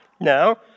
Now